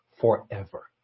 forever